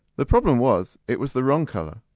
the problem was it was the wrong colour.